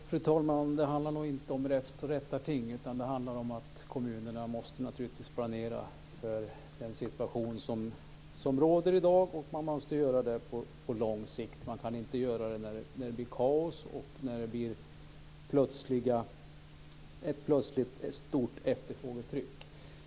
Fru talman! Det handlar inte om räfst och rättarting. Kommunerna måste planera för den situation som råder i dag, på lång sikt. Man kan inte göra det när det blir kaos och plötsligt stort efterfrågetryck.